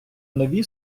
нові